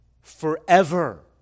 forever